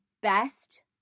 best